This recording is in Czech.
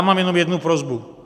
Mám jenom jednu prosbu.